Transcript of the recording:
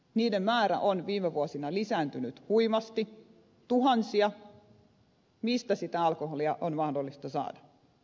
niiden määrä on viime vuosina lisääntynyt huimasti tuhansia mistä sitä alkoholia on mahdollista saada